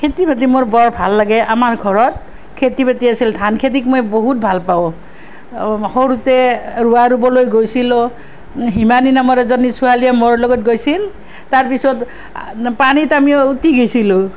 খেতি বাতি মোৰ বৰ ভাল লাগে আমাৰ ঘৰত খেতি বাতি আছিল ধান খেতিক মই বহুত ভাল পাওঁ সৰুতে ৰোৱা ৰোবলৈ গৈছিলোঁ হিমানি নামৰ এজনী ছোৱালীয়ে মোৰ লগত গৈছিল তাৰ পিছত পানীত আমি উটি গৈছিলোঁ